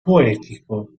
poetico